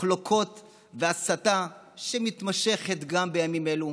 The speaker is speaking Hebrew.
מחלוקות והסתה, שמתמשכות גם בימים אלו.